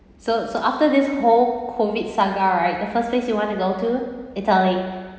so so after this whole COVID saga right the first place you want to go to italy